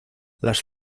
las